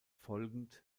folgend